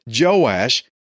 Joash